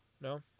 No